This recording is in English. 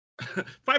five